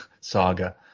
saga